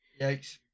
Yikes